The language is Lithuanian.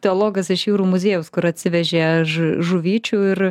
teologas iš jūrų muziejaus kur atsivežė ž žuvyčių ir